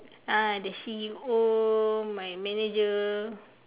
ah the C_E_O my manager